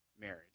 marriage